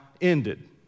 ended